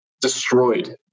destroyed